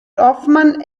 hoffman